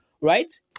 Right